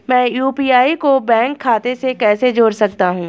मैं यू.पी.आई को बैंक खाते से कैसे जोड़ सकता हूँ?